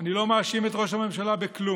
אני לא מאשים את ראש הממשלה בכלום,